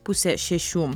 pusę šešių